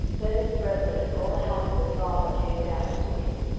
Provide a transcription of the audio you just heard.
then his brethren and all the house of his father came down, and took him,